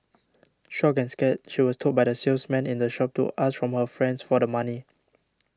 shocked and scared she was told by the salesman in the shop to ask from her friends for the money